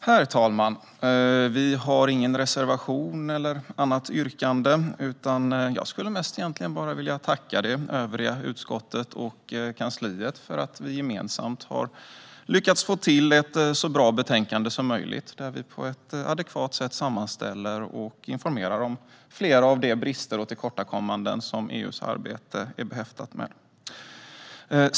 Herr talman! Jag har ingen reservation eller annat yrkande, utan jag vill mest bara tacka de övriga i utskottet och kansliet för att vi gemensamt har lyckats få till ett så bra betänkande som möjligt där vi på ett adekvat sätt sammanställer och informerar om flera av de brister och tillkortakommanden som EU:s arbete är behäftat med.